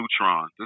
Neutron